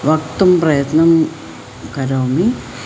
वक्तुं प्रयत्नं करोमि